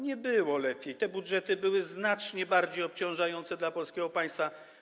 Nie było lepiej, te budżety były znacznie bardziej obciążające dla polskiego państwa.